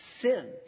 sin